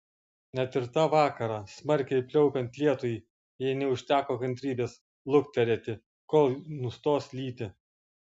net ir tą vakarą smarkiai pliaupiant lietui jai neužteko kantrybės lukterėti kol nustos lyti